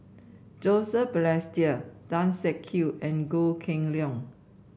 Joseph Balestier Tan Siak Kew and Goh Kheng Long